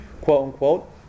quote-unquote